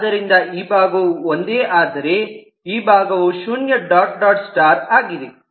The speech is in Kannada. ಆದ್ದರಿಂದ ಈ ಭಾಗವು ಒಂದೇ ಆದರೆ ಈ ಭಾಗವು ಶೂನ್ಯ ಡಾಟ್ ಡಾಟ್ ಸ್ಟಾರ್ ಆಗಿದೆ